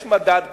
יש מדד כזה,